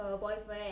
her boyfriend